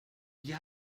wie